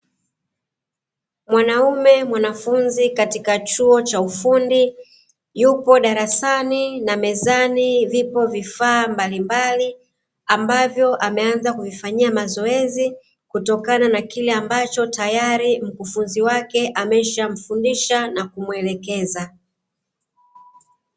Mwanaume mwanafunzi katika chuo cha ufundi, yupo darasani na mezani vipo vifaa mbalimbali, ambavyo ameanza kuvifanyia mazoezi kutokana na kile ambacho taayri, mkufunzi wake amesha mfundisha na kumuelekeza.